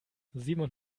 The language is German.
simon